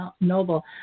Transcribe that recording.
Noble